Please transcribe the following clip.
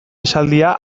esaldia